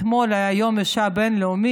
אתמול היה יום האישה הבין-לאומי,